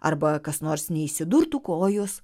arba kas nors neįsidurtų kojos